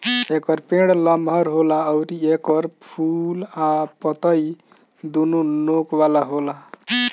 एकर पेड़ लमहर होला अउरी एकर फूल आ पतइ दूनो नोक वाला होला